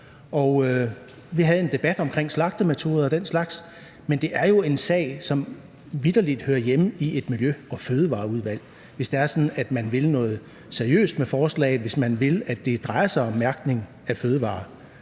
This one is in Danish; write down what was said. Vi havde en debat om slagtemetoder og den slags, men det er jo en sag, som vitterlig hører hjemme i Miljø- og Fødevareudvalget, hvis det er sådan, at man vil noget seriøst med forslaget, altså hvis man vil have, at det drejer sig om mærkning af fødevarer.